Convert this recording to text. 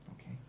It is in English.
Okay